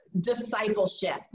discipleship